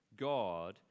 God